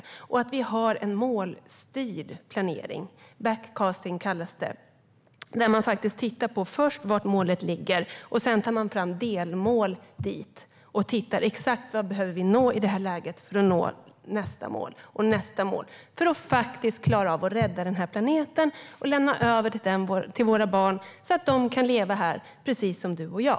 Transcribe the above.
Det gäller att vi har en målstyrd planering, det som kallas backcasting, där man först tittar på var målet ligger och sedan tar fram delmål dit och tittar på exakt vad man behöver nå för att nå nästa mål, målet därefter och så vidare, för att faktiskt klara av att rädda den här planeten och lämna över den till våra barn så att de kan leva här precis som du och jag.